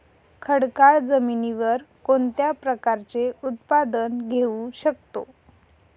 खडकाळ जमिनीवर कोणत्या प्रकारचे उत्पादन घेऊ शकतो?